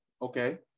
Okay